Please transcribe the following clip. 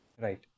Right